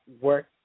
work